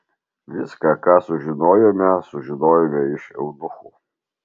viską ką sužinojome sužinojome iš eunuchų